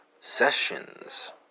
sessions